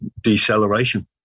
deceleration